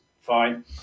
fine